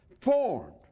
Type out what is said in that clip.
formed